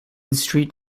street